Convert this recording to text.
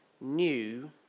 new